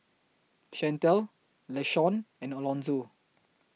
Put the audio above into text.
Shantell Lashawn and Alonzo